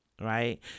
right